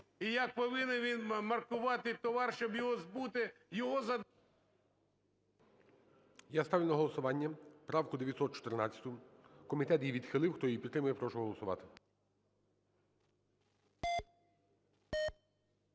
і як повинен він маркувати товар, щоб його збути? ГОЛОВУЮЧИЙ. Я ставлю на голосування правку 914. Комітет її відхилив. Хто її підтримує, прошу голосувати.